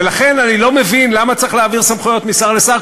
ולכן אני לא מבין למה צריך להעביר סמכויות משר לשר.